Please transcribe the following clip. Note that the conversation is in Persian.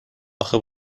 اخه